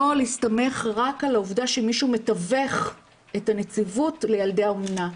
להסתמך רק על העובדה שמישהו מתווך את הנציבות לילדי האומנה.